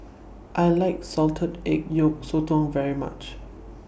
I like Salted Egg Yolk Sotong very much